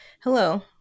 Hello